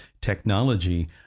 technology